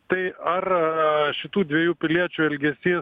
tai ar šitų dviejų piliečių elgesys